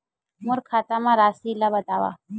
मोर खाता म राशि ल बताओ?